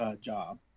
job